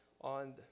on